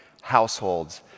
households